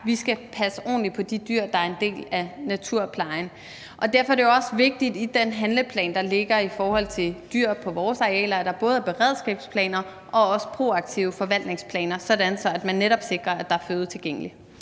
vi skal passe ordentligt på de dyr, der er en del af naturplejen. Derfor er det jo også vigtigt, at der i den handleplan, der ligger i forhold til dyr på vores arealer, både er beredskabsplaner og også proaktive forvaltningsplaner, sådan at man netop sikrer, at der er føde tilgængeligt.